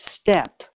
step